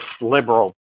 liberal